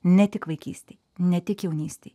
ne tik vaikystėj ne tik jaunystėj